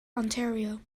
ontario